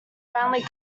roundly